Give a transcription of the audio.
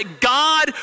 God